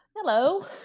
hello